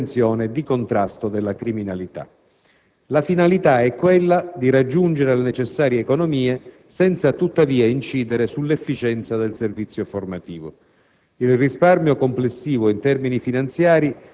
nei compiti di controllo del territorio e di prevenzione e di contrasto della criminalità. La finalità è quella di raggiungere le necessarie economie senza, tuttavia, incidere sull'efficienza del servizio formativo.